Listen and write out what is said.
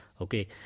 Okay